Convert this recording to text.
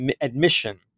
admission